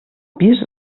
pis